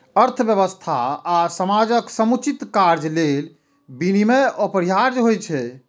अर्थव्यवस्था आ समाजक समुचित कार्य लेल विनियम अपरिहार्य होइ छै